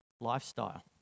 lifestyle